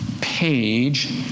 page